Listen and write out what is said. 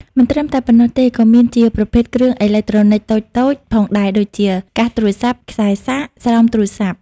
មិនត្រឹមតែប៉ុណ្ណោះទេក៏មានជាប្រភេទគ្រឿងអេឡិចត្រូនិចតូចៗផងដែរដូចជា កាសទូរស័ព្ទ ខ្សែសាក ស្រោមទូរស័ព្ទ ។